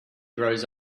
grows